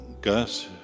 Gus